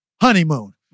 honeymoon